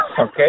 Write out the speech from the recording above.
okay